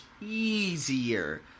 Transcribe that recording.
easier